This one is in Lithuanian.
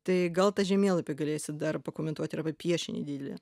tai gal tą žemėlapį galėsit dar pakomentuot ir apie piešinį didelį